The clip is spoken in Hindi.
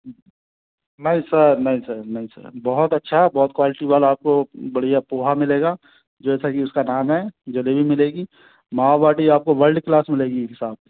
नहीं सर नहीं सर नहीं सर बहुत अच्छा बहुत क्वालिटी वाला आपको बढ़िया पोहा मिलेगा जैसा कि इसका नाम है जलेबी मिलेगी मावाबाटी आपको वर्ल्ड क्लास मिलेगी साहब